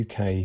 UK